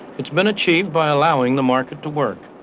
it's been achieved by allowing the market to work.